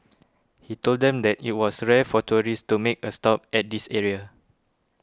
he told them that it was rare for tourists to make a stop at this area